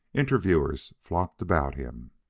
interviewers flocked about him.